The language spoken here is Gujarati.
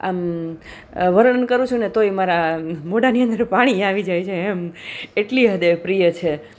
આમ વર્ણન કરું છું ને તોય મારા મોઢાની અંદર પાણી આવી જાય છે એમ એટલી હદે પ્રિય છે